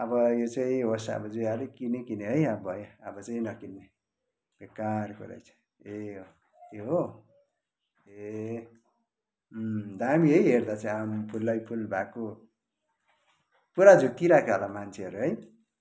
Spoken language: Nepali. अब यो चाहिँ होस् अब जे हाल्यो किन्यो किन्यो है अब भयो अब चाहिँ नकिन्ने बेकारको रहेछ ए अँ ए हो ए अँ दामी है हेर्दा चाहिँ आम्म फुलैफुल भएको पुरा झुक्किरहेको होला मान्छेहरू है